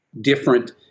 different